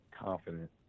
confident